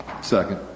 Second